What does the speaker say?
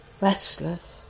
Restless